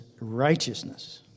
righteousness